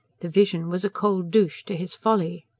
the vision was a cold douche to his folly.